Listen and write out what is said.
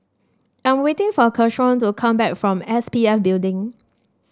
I'm waiting for Keshaun to come back from S P F Building